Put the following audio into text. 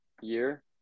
year